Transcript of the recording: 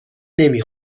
نمی